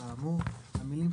מה אתה אמרת, Screen מה?